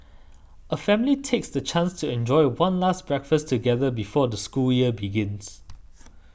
a family takes the chance to enjoy one last breakfast together before the school year begins